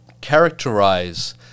characterize